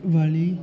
ਵਾਲੀ